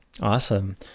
Awesome